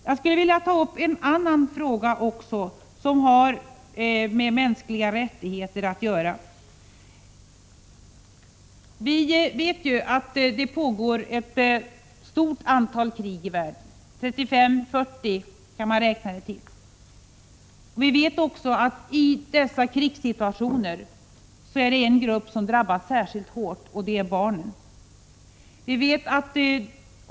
Jag skulle vilja ta upp också en annan fråga som har med mänskliga rättigheter att göra. Det pågår ett stort antal krig i världen — 35-40 kan man räkna till. I krigssituationer är det en grupp som drabbas särskilt hårt, och det är barnen.